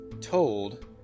told